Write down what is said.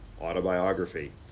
autobiography